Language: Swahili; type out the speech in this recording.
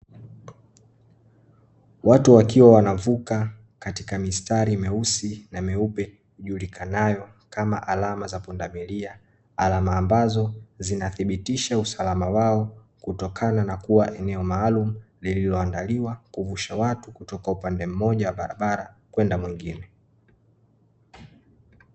Watu wakiwa wanavuka katika mistari myeusi na meupe ijulikanayo kama alama za pundamilia; alama ambazo zinathibitisha usalama wao kutokana na kuwa eneo maalumu lilioandaliwa kuvusha watu kutoka upande mmoja wa barabara kwenda mwingine.